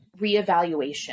reevaluation